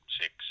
six